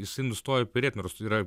jisai nustoja perėt nors yra yra